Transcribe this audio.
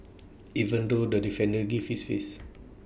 even though the defender gave this face